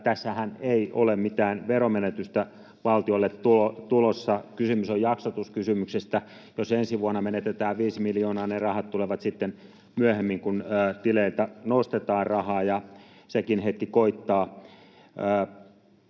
tässähän ei ole mitään veronmenetystä valtiolle tulossa. Kysymys on jaksotuskysymyksestä. Jos ensi vuonna menetetään viisi miljoonaa, ne rahat tulevat sitten myöhemmin, kun tileiltä nostetaan rahaa, ja sekin hetki koittaa.